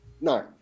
No